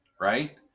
right